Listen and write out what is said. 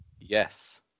Yes